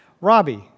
Robbie